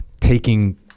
taking